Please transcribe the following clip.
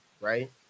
right